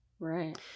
Right